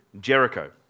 Jericho